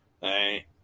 Hey